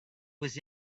was